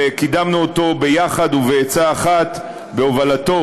וקידמנו אותו ביחד ובעצה אחת בהובלתו